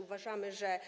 Uważamy, że